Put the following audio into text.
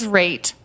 rate